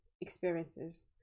Experiences